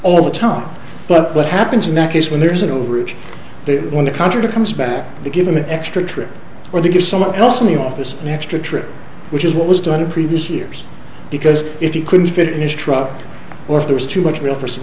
all the time but what happens in that case when there's an overage on the counter to comes back they give him an extra trip or they get someone else in the office an extra trip which is what was done in previous years because if he couldn't fit in his truck or if there was too much real for some